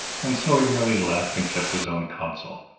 and so he merely laughed and kept his own counsel.